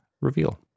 reveal